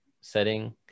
setting